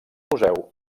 museu